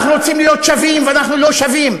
אנחנו רוצים להיות שווים, ואנחנו לא שווים.